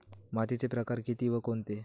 मातीचे प्रकार किती व कोणते?